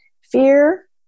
fear